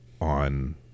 on